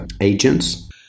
agents